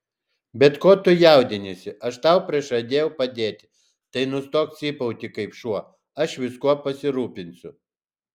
bet ko tu jaudiniesi aš tau prižadėjau padėti tai nustok cypauti kaip šuo aš viskuo pasirūpinsiu